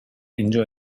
enjoy